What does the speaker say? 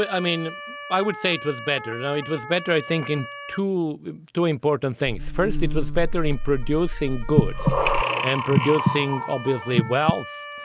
i mean i would say it was better now. it was better i think in to do important things. firstly it was better in producing goods and producing obviously wealth,